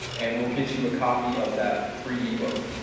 and we'll get you a copy of that free e-book.